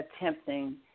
attempting